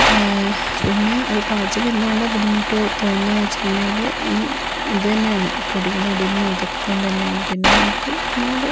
പിന്നെ അത് പാചകം എന്തുകൊണ്ടാണ് ബുദ്ധിമുട്ട് തോന്നുന്നതെന്ന് വച്ചിട്ടുണ്ടെങ്കിൽ ഈ ഇത് തന്നെയാണ് ഈ പൊടികളിടുന്നതും അതൊക്കെ കൊണ്ട് തന്നെയാണ് പിന്നെ നമുക്ക് ഒന്നാമത്